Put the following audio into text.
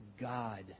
God